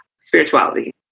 spirituality